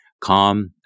calm